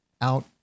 out